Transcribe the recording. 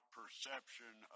perception